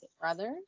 brothers